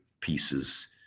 pieces